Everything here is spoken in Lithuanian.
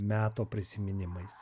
meto prisiminimais